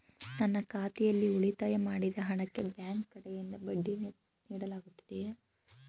ನನ್ನ ಖಾತೆಯಲ್ಲಿ ಉಳಿತಾಯ ಮಾಡಿದ ಹಣಕ್ಕೆ ಬ್ಯಾಂಕ್ ಕಡೆಯಿಂದ ಬಡ್ಡಿ ನೀಡಲಾಗುತ್ತದೆಯೇ?